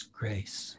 grace